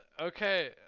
Okay